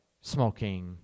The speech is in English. smoking